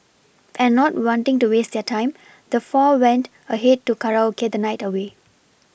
and not wanting to waste their time the four went ahead to karaoke the night away